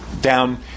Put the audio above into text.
down